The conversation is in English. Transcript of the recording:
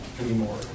anymore